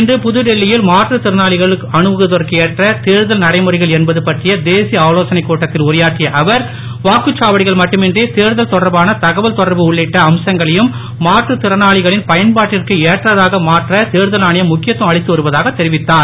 இன்று புதுடெல்லியில் மாற்றுத்திறனாளிகளும் அணுகுவதற்கு ஏற்ற தேர்தல் நடைமுறைகள் என்பது பற்றிய தேசிய ஆலோசனைக் கூட்டத்தில் உரையாற்றிய அவர் வாக்குச்சாவடிகள் மட்டுமின்றி தேர்தல் தொடர்பான தகவல் தொடர்பு உள்ளிட்ட அம்சங்களையும் மாற்றுத்திறனாளிகளின் பயன்பாட்டிற்கு ஏற்றதாக மாற்ற தேர்தல் ஆணையம் முக்கியத்துவம் அளித்து வருவதாக தெரிவித்தார்